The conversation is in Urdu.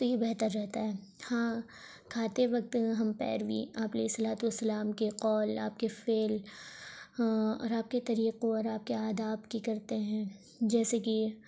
تو یہ بہتر رہتا ہے ہاں کھاتے وقت ہم پیروی آپ علیہ الصلاۃ والسلام کے قول آپ کے فعل اور آپ کے طریقوں اور آپ کے آداب کی کرتے ہیں جیسے کہ